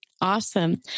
Awesome